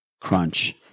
crunch